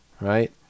right